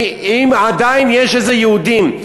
כי אם עדיין יש איזה יהודים,